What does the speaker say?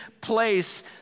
place